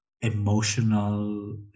emotional